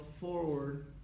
forward